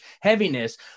heaviness